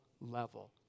level